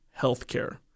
healthcare